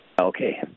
okay